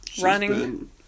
running